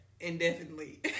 Indefinitely